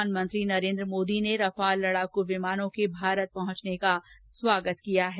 प्रधानमंत्री नरेन्द्र मोदी ने रफाल लड़ाकू विमानों के भारत पहुंचने का स्वागत किया है